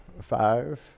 Five